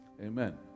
Amen